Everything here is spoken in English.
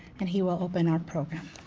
and he will open our program.